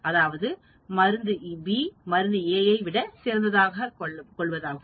அது மருந்து B மருந்து A ஐ விட சிறந்தது கொள்வதாகும்